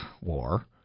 war